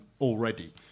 already